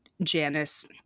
Janice